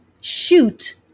shoot